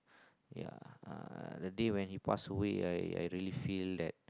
ya uh the day when he passed away I I really feel that